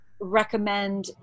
recommend